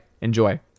enjoy